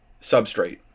substrate